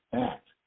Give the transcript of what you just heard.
act